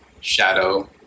shadow